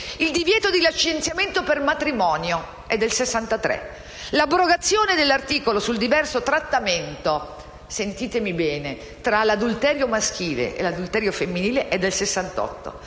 Il divieto di licenziamento per matrimonio è del 1963, 1'abrogazione dell'articolo sul diverso trattamento - ascoltatemi bene! - tra l'adulterio maschile e l'adulterio femminile è del 1968